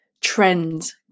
trends